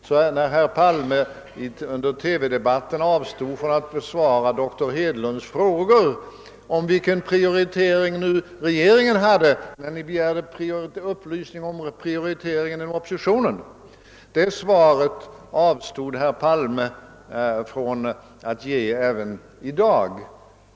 Det svar, som :herr Palme avstod från att lämna på dr Hedlunds frågor under partiledardebatten i TV om regeringens prioritering mot bakgrunden av dess begäran om uppgifter beträffande oppo sitionens prioritering, avstod herr Palme från att lämna även i dag.